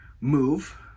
move